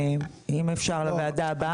ואם אפשר, לוועדה הבאה.